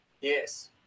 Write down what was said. yes